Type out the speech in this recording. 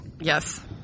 yes